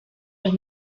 los